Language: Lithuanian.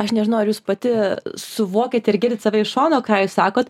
aš nežinau ar jūs pati suvokiat ir girdit save iš šono ką jūs sakot